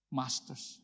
masters